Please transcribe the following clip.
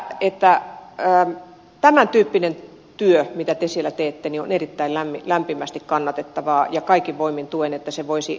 mutta tämän tyyppinen työ mitä te siellä teette on erittäin lämpimästi kannatettavaa ja kaikin voimin tuen että se voisi jatkua